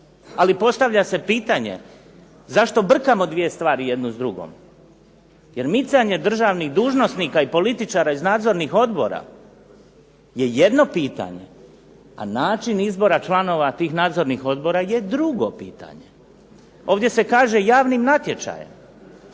ali postavlja se pitanje zašto brkamo 2 stvari jednu s drugom? Jer micanje državnih dužnosnika i političara iz nadzornih odbora je jedno pitanje, a način izbora članova tih nadzornih odbora je drugo pitanje. Ovdje se kaže javnim natječajem.